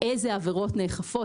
אילו עבירות נאכפות.